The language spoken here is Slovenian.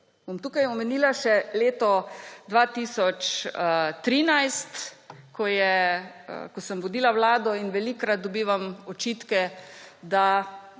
Bom tukaj omenila še leto 2013, ko sem vodila vlado in velikokrat dobivam očitke, da